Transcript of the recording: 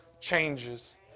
changes